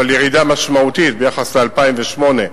אבל ירידה משמעותית ביחס ל-2008,